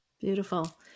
Beautiful